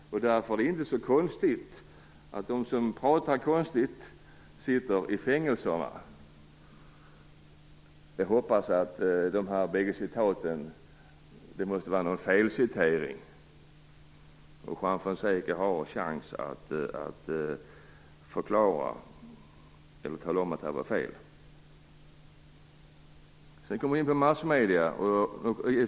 Därför är det inte så konstigt att de som pratar konstigt sitter i fängelserna. Jag hoppas att dessa bägge citat är felaktiga. Juan Fonseca har chans att förklara eller tala om att detta är fel. Sedan kommer vi in på massmedierna.